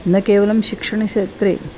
न केवलं शिक्षणक्षेत्रे